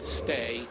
stay